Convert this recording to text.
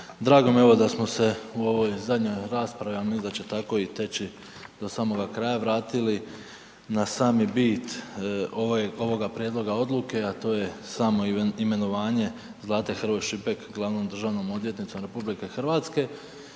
Drago mi je evo da smo se u ovoj zadnjoj raspravi a mislim da će tako i teći do samoga kraja, vratili na sami bit ovoga prijedloga odluke a to je samo imenovanje Zlate Hrvoj Šipek glavnom državnom odvjetnicom RH. Prvih